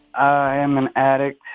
i am an addict